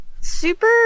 super